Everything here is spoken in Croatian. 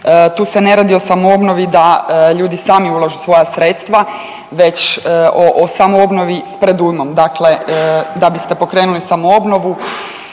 Tu se ne radi o samoobnovi da ljudi sami ulože svoja sredstva već o samoobnovi s predujmom. Dakle, da biste pokrenuli samoobnovu